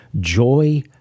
Joy